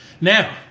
Now